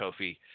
Kofi